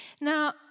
Now